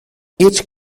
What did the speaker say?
each